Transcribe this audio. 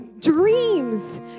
dreams